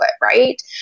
Right